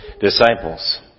disciples